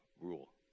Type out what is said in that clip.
rule